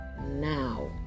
now